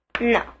No